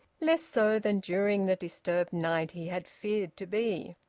less so than during the disturbed night he had feared to be.